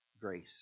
grace